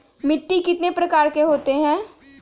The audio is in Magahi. मिट्टी कितने प्रकार के होते हैं?